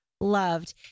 loved